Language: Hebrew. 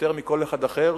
יותר מכל אחד אחר,